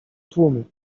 tłumy